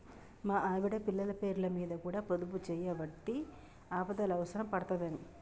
మా ఆవిడ, పిల్లల పేర్లమీద కూడ పొదుపుజేయవడ్తి, ఆపదల అవుసరం పడ్తదని